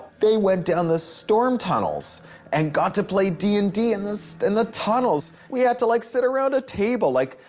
they went down the storm tunnels and got to play d and d in and the tunnels! we had to like sit around a table like,